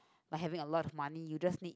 like having a lot of money you just need